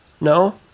no